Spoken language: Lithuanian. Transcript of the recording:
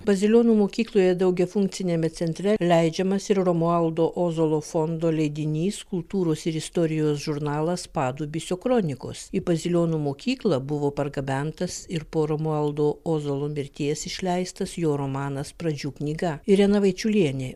bazilionų mokykloje daugiafunkciniame centre leidžiamas ir romualdo ozolo fondo leidinys kultūros ir istorijos žurnalas padubysio kronikos į bazilionų mokyklą buvo pargabentas ir po romualdo ozolo mirties išleistas jo romanas pradžių knyga irena vaičiulienė